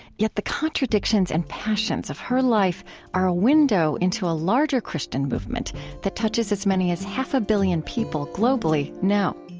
yet the contradictions and passions of her life are a window into a larger christian movement that touches as many as half a billion people globally now